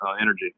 energy